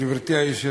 גברתי היושבת-ראש,